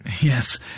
Yes